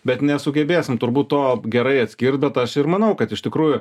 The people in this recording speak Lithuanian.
bet nesugebėsim turbūt to gerai atskirt bet aš manau kad iš tikrųjų